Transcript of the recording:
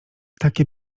takie